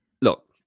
Look